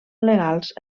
legals